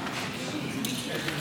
התשפ"ג 2023,